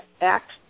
act